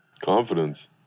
Confidence